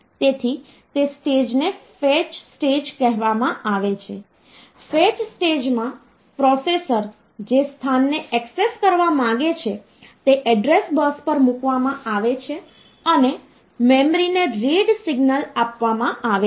તેથી તે સ્ટેજ ને ફેચ સ્ટેજ કહેવામાં આવે છે ફેચ સ્ટેજમાં પ્રોસેસર જે સ્થાનને એક્સેસ કરવા માંગે છે તે એડ્રેસ બસ પર મૂકવામાં આવે છે અને મેમરીને રીડ સિગ્નલ આપવામાં આવે છે